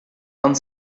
don